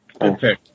Okay